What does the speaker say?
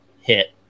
hit